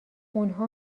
اونها